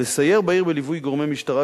לסייר בעיר בליווי גורמי משטרה,